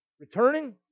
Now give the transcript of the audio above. returning